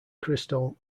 cristo